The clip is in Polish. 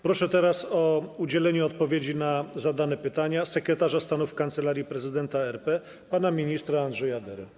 Proszę teraz o udzielenie odpowiedzi na zadane pytania sekretarza stanu w Kancelarii Prezydenta RP pana ministra Andrzeja Derę.